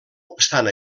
obstant